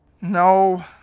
No